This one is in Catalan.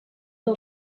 del